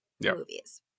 movies